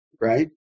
right